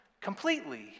completely